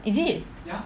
is it